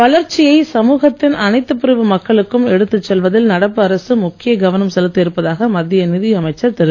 வளர்ச்சியை சமூகத்தின் அனைத்துப் பிரிவு மக்களுக்கும் எடுத்துச் செல்வதில் நடப்பு அரசு முக்கிய கவனம் செலுத்தி இருப்பதாக மத்திய நிதி அமைச்சர் திரு